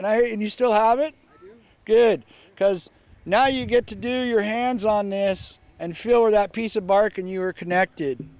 bark and i you still have it good because now you get to do your hands on this and sure that piece of bark and you are connected